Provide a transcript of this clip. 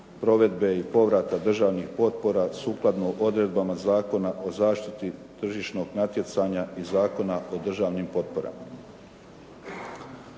provedbe i povrata državnih potpora sukladno odredbama Zakona o zaštiti tržišnog natjecanja i Zakona o državnim potporama.